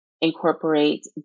incorporate